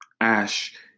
Ash